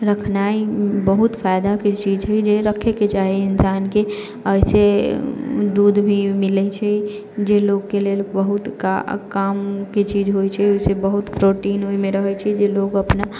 रखनाय बहुत फायदाके चीज है जे रखैके चाही इंसानके एहिसँ दूध भी मिलै छै जे लोकके लेल बहुत काम कामके चीज होइ छै ओयसँ बहुत प्रोटीन ओयमे रहै छै जे लोक अपना